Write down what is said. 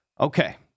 Okay